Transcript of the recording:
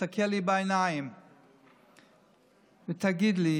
תסתכל לי בעיניים ותגיד לי